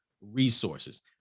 resources